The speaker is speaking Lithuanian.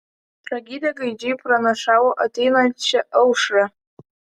pragydę gaidžiai pranašavo ateinančią aušrą